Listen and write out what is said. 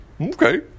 Okay